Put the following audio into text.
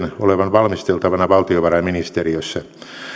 olevan valmisteltavana valtiovarainministeriössä